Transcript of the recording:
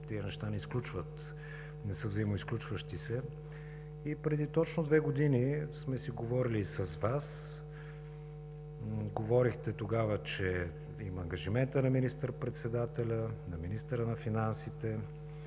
тези неща не са взаимно изключващи се. Преди точно две години сме си говорили с Вас, говорихте тогава, че има ангажимент на министър-председателя, на министъра на финансите